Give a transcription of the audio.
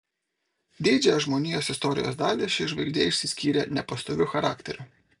didžiąją žmonijos istorijos dalį ši žvaigždė išsiskyrė nepastoviu charakteriu